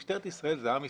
משטרת ישראל זה עם ישראל.